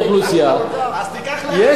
המצב של האוכלוסייה שהוא מייצג טוב כל כך?